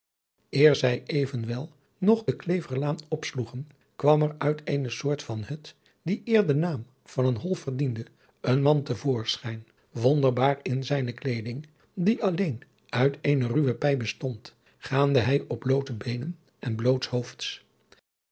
eer zij evenwel nog de kleverlaan opsloegen kwam er uit eene soort van hut die eer den naam van een hol verdiende een man te voorschijn wonderbaar in zijne kleeding die alleen uit eene ruwe pij bestond gaande hij op bloote beenen en